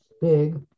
big